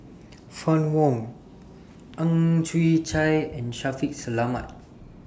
Fann Wong Ang Chwee Chai and Shaffiq Selamat